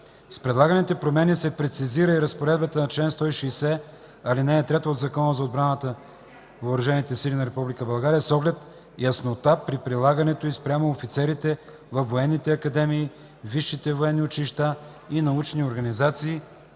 С предлаганите промени се прецизира и разпоредбата на чл. 160, ал. 3 от Закона за отбраната и въоръжените сили на Република България с оглед яснота при прилагането й спрямо офицерите във военните академии, висшите военни училища и научни организации,